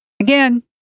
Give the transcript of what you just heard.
Again